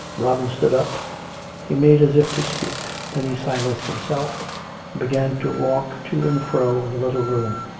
robin stood up he made as if to speak then he silenced himself and began to walk. to and fro in the little room.